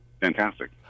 fantastic